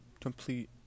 complete